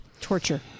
Torture